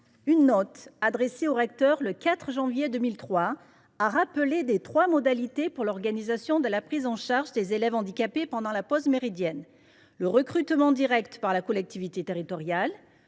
Une note adressée aux recteurs le 4 janvier 2023 a rappelé les trois modalités pour l’organisation de la prise en charge des élèves handicapés pendant la pause méridienne : le recrutement direct par la collectivité territoriale,